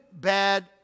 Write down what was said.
bad